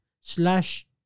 slash